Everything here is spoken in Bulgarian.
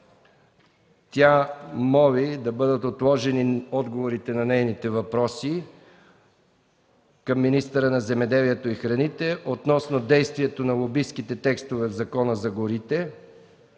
Тя моли да бъдат отложени отговорите на нейните въпроси към министъра на земеделието и горите относно действието на лобистките текстове в Закона за горите,